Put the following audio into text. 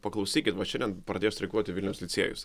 paklausykit va šiandien pradėjo streikuoti vilniaus licėjus